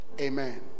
Amen